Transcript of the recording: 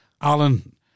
Alan